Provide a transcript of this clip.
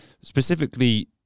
specifically